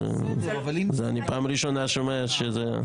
אני פעם ראשונה שומע את זה.